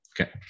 Okay